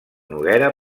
noguera